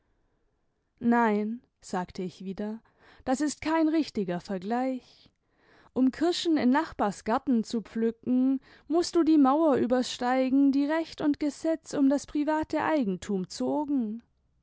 nein sagte ich wieder das ist kein richtiger vergleich um kirschen in nachbars garten zu pflücken mußt du die mauer übersteigen die recht und gesetz um das private eigentum zogen